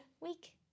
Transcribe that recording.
week